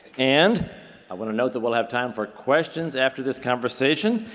and i want to note that we'll have time for questions after this conversation.